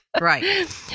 Right